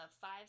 five